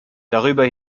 darüber